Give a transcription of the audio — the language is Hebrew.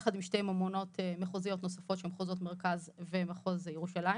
יחד עם שתי ממונות מחוזיות נוספות של מחוז מרכז ומחוז ירושלים,